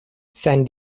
san